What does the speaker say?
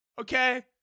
okay